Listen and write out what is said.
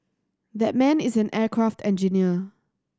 that man is an aircraft engineer